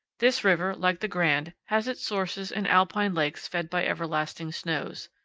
this river, like the grand, has its sources in alpine lakes fed by everlasting snows.